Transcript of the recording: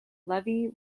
levee